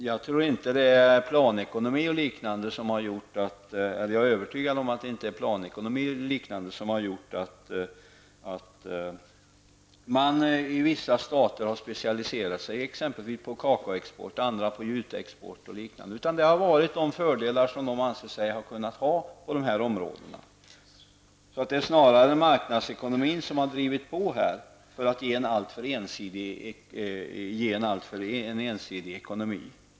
Jag är övertygad om att det inte är planekonomi och liknande som har gjort att man i vissa stater har specialiserat sig på t.ex. kakaoexport eller juteexport. Dessa länder har ansett att de haft fördelar på dessa områden. Det är snarare marknadsekonomin som har drivit på och orsakat att det har blivit en alltför ensidig ekonomi.